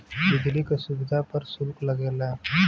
बिजली क सुविधा पर सुल्क लगेला